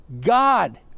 God